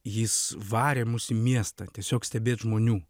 jis varė mus į miestą tiesiog stebėt žmonių